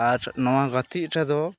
ᱟᱨ ᱱᱚᱣᱟ ᱜᱟᱛᱮᱜ ᱨᱮᱫᱚ